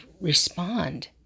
respond